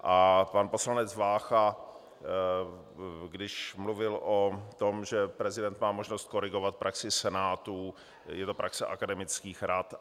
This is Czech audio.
A pan poslanec Vácha, když mluvil o tom, že prezident má možnost korigovat praxi senátů, je to praxe akademických rad.